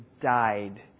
died